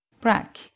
Brack